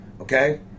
Okay